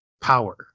power